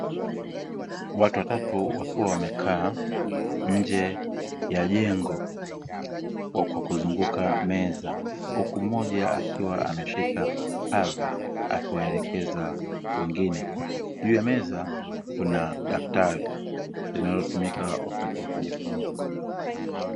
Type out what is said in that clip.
Watu watatu wakiwa wamekaa nje ya jengo kwa kuzunguka meza huku mmoja akiwa ameshika pazo akiwaelekeza wengine, juu ya meza kuna daftari linalotumika wakati wa kujifunza.